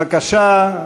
בבקשה.